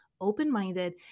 open-minded